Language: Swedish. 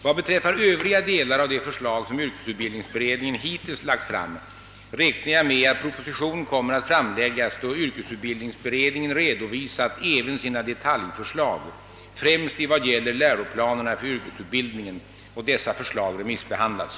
Vad beträffar övriga delar av de förslag som yrkesutbildningsberedningen hittills lagt fram räknar jag med att propositionen kommer att framläggas då YB redovisat även sina detaljförslag, främst i vad gäller läroplanerna för yrkesutbildningen, och dessa förslag remissbehandlats.